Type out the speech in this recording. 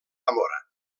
zamora